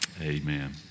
amen